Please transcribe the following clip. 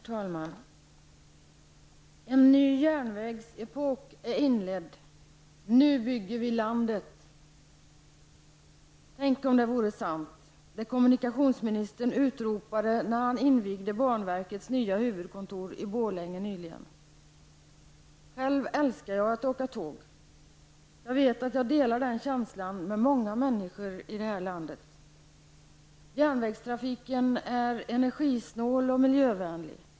Herr talman! ''En ny järnvägsepok är inledd. Nu bygger vi landet!'' Tänk om det vore sant, det kommunikationsministern utropade när han nyligen invigde banverkets nya huvudkontor i Borlänge! Själv älskar jag att åka tåg. Jag vet att jag delar den känslan med många människor här i landet.